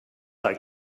like